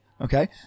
Okay